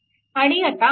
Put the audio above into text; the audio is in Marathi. आणि आता i3